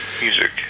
music